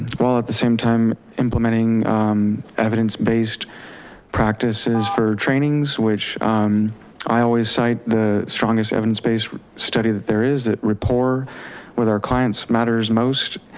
while at the same time implementing evidence based practices for trainings which i always cite the strongest evidence based study that there is, that rapport with our clients matters most,